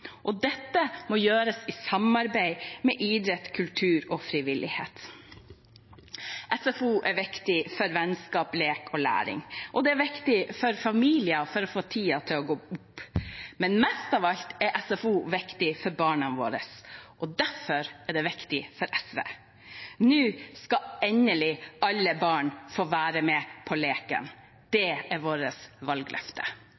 og dette må gjøres i samarbeid med idrett, kultur og frivillighet. SFO er viktig for vennskap, lek og læring, og det er viktig for familiene for å få tiden til å gå opp. Men mest av alt er SFO viktig for barna våre, og derfor er det viktig for SV. Nå skal endelig alle barn få være med på leken.